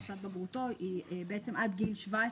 בעצם עד 17,